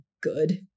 good